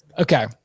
Okay